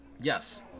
Yes